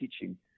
teaching